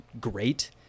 great